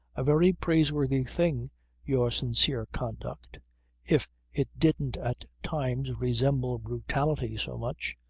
a very praiseworthy thing your sincere conduct if it didn't at times resemble brutality so much.